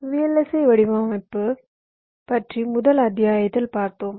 ஐ வடிவமைப்பு பற்றி முதல் அத்தியாயத்தில் பார்த்தோம்